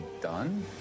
done